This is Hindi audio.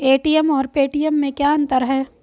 ए.टी.एम और पेटीएम में क्या अंतर है?